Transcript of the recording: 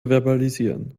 verbalisieren